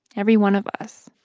every one of us